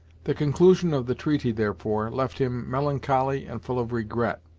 the conclusion of the treaty, therefore, left him melancholy and full of regret.